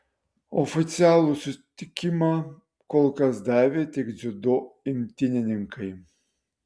oficialų sutikimą kol kas davė tik dziudo imtynininkai